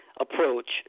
approach